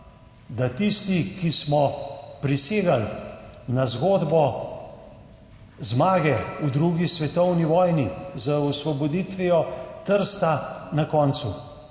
tiste, ki smo prisegali na zgodbo zmage v drugi svetovni vojni z osvoboditvijo Trsta na koncu,